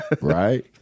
Right